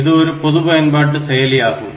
இது ஒரு பொது பயன்பாட்டு செயலி ஆகும்